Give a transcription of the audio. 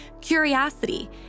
curiosity